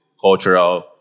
cultural